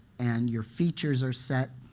and your features are set.